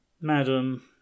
madam